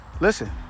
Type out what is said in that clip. Listen